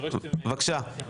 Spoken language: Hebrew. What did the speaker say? אם